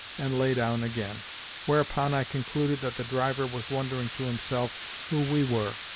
and lay down again whereupon i concluded that the driver was wondering to himself who we were,